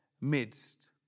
midst